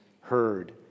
heard